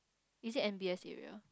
it's it N_B_S area